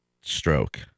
stroke